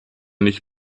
nicht